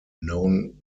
known